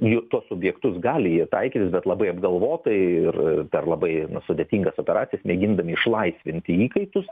į tuos objektus gali jie taikytis bet labai apgalvotai ir per labai sudėtingas operacijas mėgindami išlaisvinti įkaitus